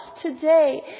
today